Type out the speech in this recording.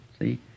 See